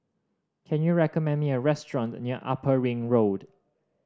can you recommend me a restaurant near Upper Ring Road